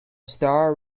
star